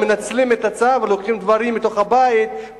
מנצלים את הצו ולוקחים דברים מתוך הבית.